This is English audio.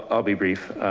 i'll be brief.